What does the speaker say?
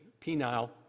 penile